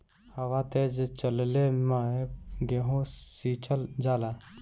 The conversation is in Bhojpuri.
हवा तेज चलले मै गेहू सिचल जाला?